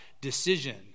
decision